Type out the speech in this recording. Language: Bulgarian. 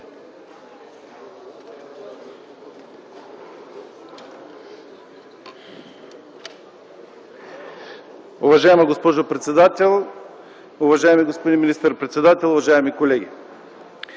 Уважаема госпожо председател, уважаеми господин министър-председател, уважаеми колеги!